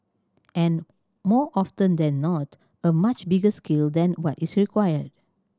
and more often than not a much bigger scale than what is required